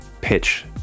pitch